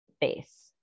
base